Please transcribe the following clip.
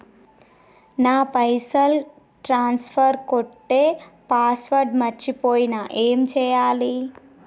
నా పైసల్ ట్రాన్స్ఫర్ కొట్టే పాస్వర్డ్ మర్చిపోయిన ఏం చేయాలి?